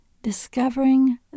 Discovering